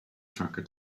tracker